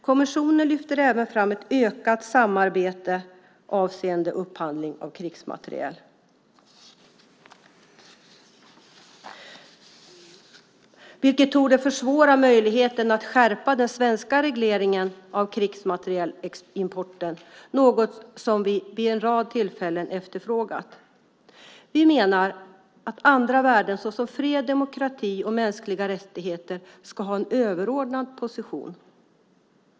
Kommissionen lyfter även fram ett ökat samarbete avseende upphandling av krigsmateriel, vilket torde försvåra möjligheterna att skärpa den svenska regleringen av krigsmaterielimporten. Det är något som vi vid en rad tillfällen efterfrågat. Vi menar att andra värden såsom fred, demokrati och mänskliga rättigheter ska ha en överordnad position.